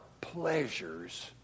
pleasures